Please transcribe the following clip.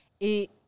Et